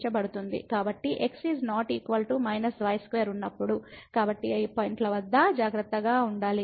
కాబట్టి x ≠ y2 ఉన్నప్పుడు ఆ పాయింట్ల వద్ద జాగ్రత్తగా ఉండాలి